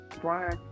Brian